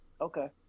Okay